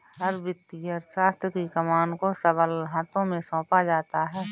हर वित्तीय अर्थशास्त्र की कमान को सबल हाथों में सौंपा जाता है